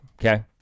Okay